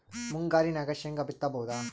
ಮುಂಗಾರಿನಾಗ ಶೇಂಗಾ ಬಿತ್ತಬಹುದಾ?